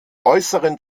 äußeren